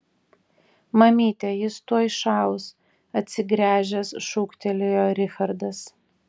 mamyte jis tuoj šaus atsigręžęs šūktelėjo richardas